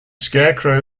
scarecrow